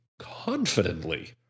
Confidently